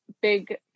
big